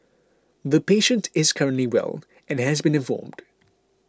the patient is currently well and has been informed